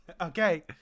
Okay